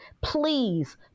Please